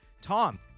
Tom